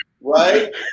Right